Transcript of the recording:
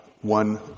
One